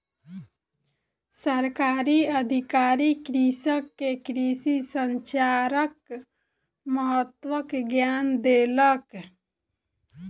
सरकारी अधिकारी कृषक के कृषि संचारक महत्वक ज्ञान देलक